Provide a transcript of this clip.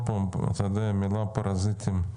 המילה "פרזיטים"